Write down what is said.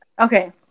Okay